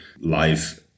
live